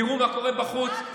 תראו מה קורה בחוץ.